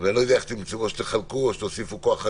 אני לא יודע איך תעשו או שתחלקו או שתוסיפו כוח אדם.